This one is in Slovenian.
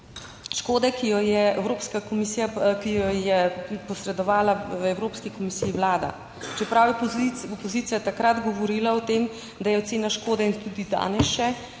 komisija, ki jo je posredovala Evropski komisiji Vlada, čeprav je opozicija takrat govorila o tem, da je ocena škode in tudi danes še,